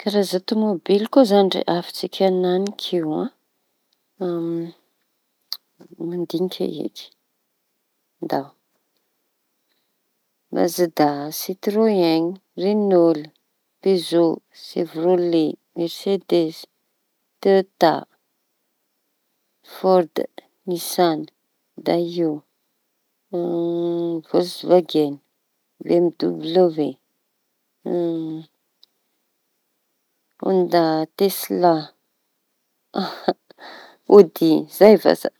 Karaza tômobily koa izañy rehafintsika enanik'io e mbô mandinika eky; ndao mazida, sitroeniñy, renôly, pezô, sevrole, mersidesy, tôita, fôrda, nisany, dayo, vôlsivagen, BMW, honda, tesla, ôdy zay vasa.